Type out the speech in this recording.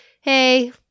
hey